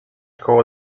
koło